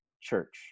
church